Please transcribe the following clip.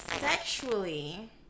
sexually